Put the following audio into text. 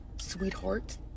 sweetheart